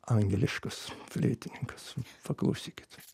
angliškas fleitininkas paklausykit